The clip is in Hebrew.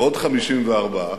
עוד 54,